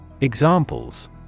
EXAMPLES